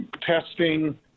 testing